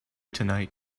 tonight